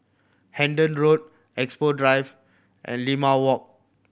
Hendon Road Expo Drive and Limau Walk